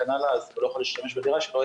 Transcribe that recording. אז הוא לא יכול להשתמש בדירה שלו.